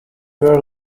were